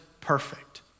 perfect